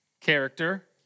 character